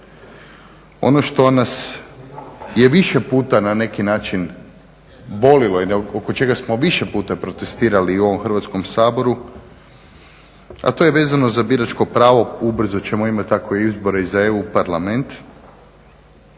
Ono što nas je više puta na neki način bolilo i oko čega smo više puta protestirali u ovom Hrvatskom saboru, a to je vezano za biračko pravo. Ubrzo ćemo imati tako i izbore za EU parlament